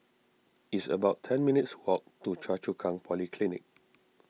it's about ten minutes' walk to Choa Chu Kang Polyclinic